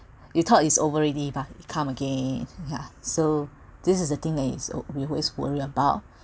you thought is over already but it come again yeah so this is a thing that he we always worry about